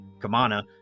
Kamana